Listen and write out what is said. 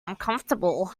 uncomfortable